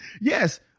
Yes